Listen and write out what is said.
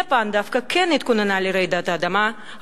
יפן דווקא כן התכוננה לרעידת אדמה,